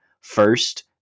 first